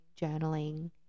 journaling